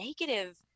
negative